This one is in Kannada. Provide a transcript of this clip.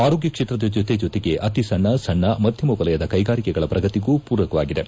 ಆರೋಗ್ತ ಕ್ಷೇತ್ರದ ಜೊತೆ ಜೊತೆಗೆ ಅತಿಸಣ್ಣ ಸಣ್ಣ ಮಧ್ಯಮವಲಯದ ಕೈಗಾರಿಕೆಗಳ ಪ್ರಗತಿಗೂ ಪೂರಕವಾಗಿದೆ